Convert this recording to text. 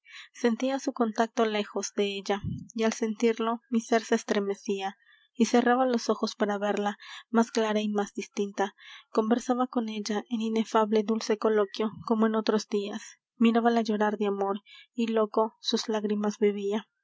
sentia su contacto léjos de ella y al sentirlo mi sér se estremecia y cerraba los ojos para verla más clara y más distinta conversaba con ella en inefable dulce coloquio como en otros dias mirábala llorar de amor y loco sus lágrimas bebia